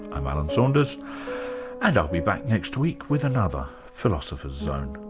i'm alan saunders and i'll be back next week with another philosopher's zone.